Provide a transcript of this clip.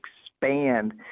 expand